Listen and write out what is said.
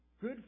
Good